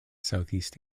southeast